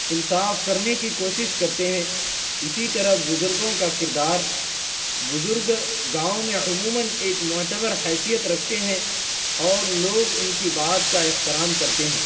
انصاف کرنے کی کوشش کرتے ہیں اسی طرح بزرگوں کا کردار بزرگ گاؤں میں عموماً ایک معتبر حیثیت رکھتے ہیں اور لوگ ان کی بات کا احترام کرتے ہیں